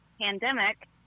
pandemic